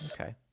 Okay